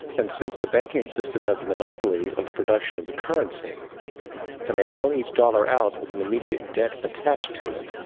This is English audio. and since the banking system has the monopoly of the production of the currency and they loan each dollar out with and immediate debt attached to it.